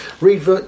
Read